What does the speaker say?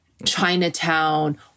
Chinatown